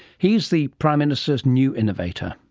he's the prime minister's new innovator.